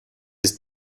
ist